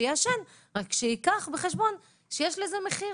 שיעשן רק שייקח בחשבון שיש לזה מחיר.